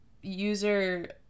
user